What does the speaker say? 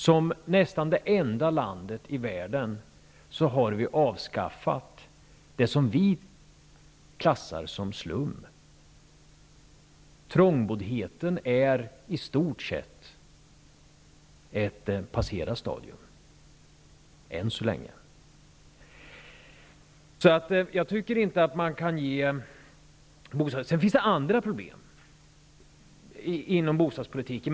Som nästan det enda landet i världen har vi avskaffat det som vi klassar som slum. Trångboddheten är i stort sett ett passerat stadium -- än så länge. Sedan finns det andra problem inom bostadspolitiken.